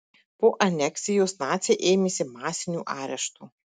po aneksijos naciai ėmėsi masinių areštų